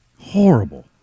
Horrible